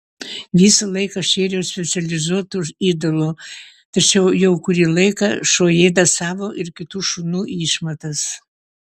visą laiką šėriau specializuotu ėdalu tačiau jau kurį laiką šuo ėda savo ir kitų šunų išmatas